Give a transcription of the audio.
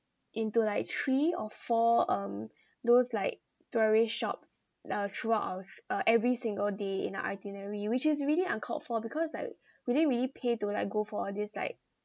into like three or four um those like tourists shops uh throughout our uh every single day in our itinerary which is really uncalled for because like we didn't really pay to like go for all these like